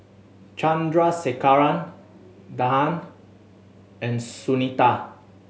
Chandrasekaran Dhyan and Sunita